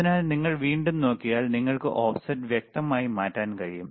അതിനാൽ നിങ്ങൾ വീണ്ടും നോക്കിയാൽ നിങ്ങൾക്ക് ഓഫ്സെറ്റ് വ്യക്തമായി മാറ്റാൻ കഴിയും